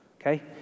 okay